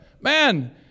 man